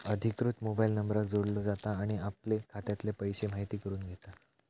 अधिकृत मोबाईल नंबराक जोडलो जाता आणि आपले खात्यातले पैशे म्हायती करून घेता